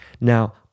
Now